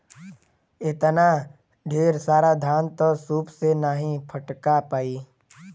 एतना ढेर सारा धान त सूप से नाहीं फटका पाई